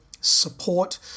support